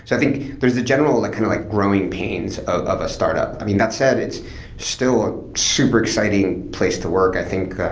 i think there's the general kind of like growing pains of a startup. i mean, that said, it's still a super exciting place to work. i think,